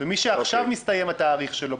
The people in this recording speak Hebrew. ומי שעכשיו מסתיים התאריך שלו,